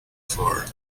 far